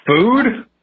food